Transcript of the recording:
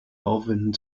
aufwenden